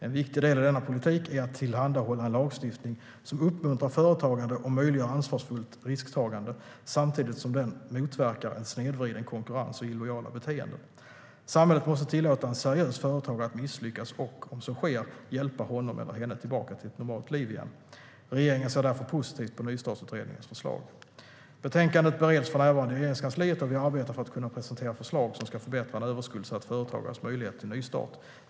En viktig del i denna politik är att tillhandahålla en lagstiftning som uppmuntrar företagande och möjliggör ansvarsfullt risktagande, samtidigt som den motverkar en snedvriden konkurrens och illojala beteenden. Samhället måste tillåta en seriös företagare att misslyckas och, om så sker, hjälpa honom eller henne tillbaka till ett normalt liv igen. Regeringen ser därför positivt på Nystartsutredningens förslag. Betänkandet bereds för närvarande i Regeringskansliet, och vi arbetar för att kunna presentera förslag som ska förbättra en överskuldsatt företagares möjligheter till nystart.